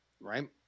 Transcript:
right